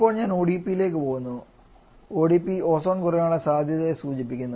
ഇപ്പോൾ ഞാൻ ODP ലേക്ക് പോകുന്നു ഒഡിപി ഓസോൺ കുറയാനുള്ള സാധ്യതയെ സൂചിപ്പിക്കുന്നു